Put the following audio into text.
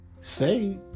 say